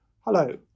Hello